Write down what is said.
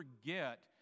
forget